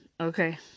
Okay